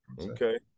Okay